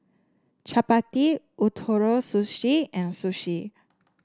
Chapati Ootoro Sushi and Sushi